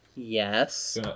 Yes